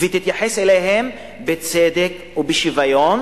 ותתייחס אליהם בצדק ובשוויון.